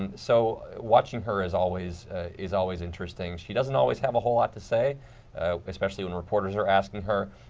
and so watching her is always is always interesting. she doesn't always have a whole lot to say especially when reporters are asking her.